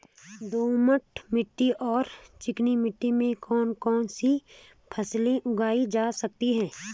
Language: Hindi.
दोमट मिट्टी और चिकनी मिट्टी में कौन कौन सी फसलें उगाई जा सकती हैं?